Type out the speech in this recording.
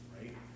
right